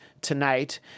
tonight